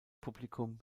publikum